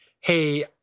Hey